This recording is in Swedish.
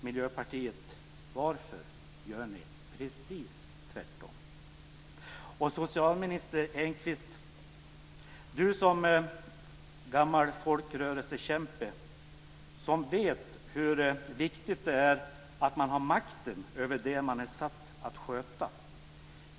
Miljöpartiet, varför gör ni precis tvärtom? Socialminister Engqvist vet som gammal folkrörelsekämpe hur viktigt det är att man har makten över det som man är satt att sköta.